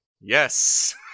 yes